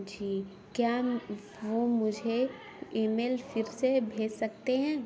جی کیا وہ مجھے ای میل پھر سے بھیج سکتے ہیں